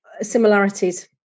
similarities